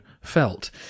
felt